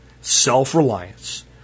self-reliance